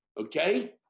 Okay